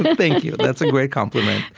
thank you. that's a great compliment.